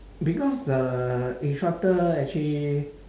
because the instructor actually